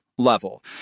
level